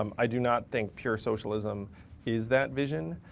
um i do not think pure socialism is that vision.